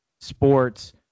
sports